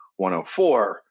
104